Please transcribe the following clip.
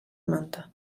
manta